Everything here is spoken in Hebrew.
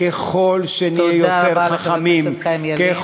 ככל שנהיה, תודה רבה לחבר הכנסת חיים ילין.